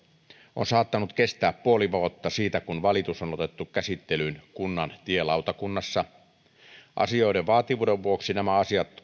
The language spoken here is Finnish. on saattanut kestää puoli vuotta siitä kun valitus on otettu käsittelyyn kunnan tielautakunnassa asioiden vaativuuden vuoksi nämä asiat